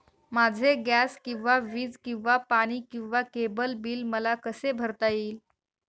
माझे गॅस किंवा वीज किंवा पाणी किंवा केबल बिल मला कसे भरता येईल?